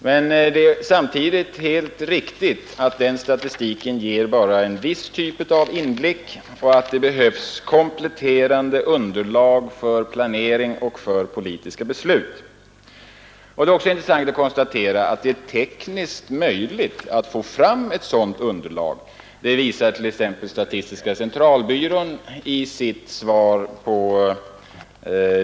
Samtidigt är det emellertid helt riktigt att den statistiken bara ger inblickar av en viss typ och att det behövs kompletterande underlag för planering och politiska beslut. Det är också intressant att konstatera att det är tekniskt möjligt att få fram ett sådant underlag. Detta framgår t.ex. av statistiska centralbyråns remissyttrande i